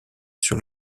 sur